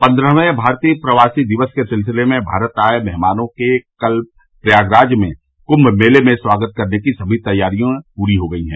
पन्द्रहवें भारतीय प्रवासी दिव्स के सिलसिले में भारत आए मेहमानों के कल प्रयागराज में कुंम मेले में स्वागत करने की सभी तैयारियों पूरी हो गई हैं